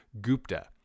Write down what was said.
Gupta